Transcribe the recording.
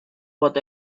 want